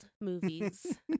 movies